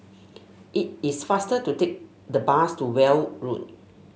it is faster to take the bus to Weld Road